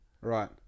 right